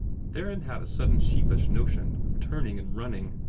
theron had a sudden sheepish notion of turning and running.